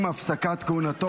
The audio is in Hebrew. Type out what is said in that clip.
עם הפסקת כהונתו